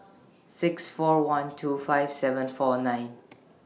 six four one two five seven four nine